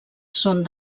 són